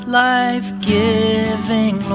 life-giving